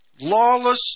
lawless